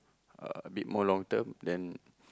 uh a bit more long term then